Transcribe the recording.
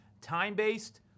time-based